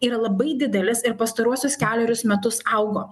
yra labai didelis ir pastaruosius kelerius metus augo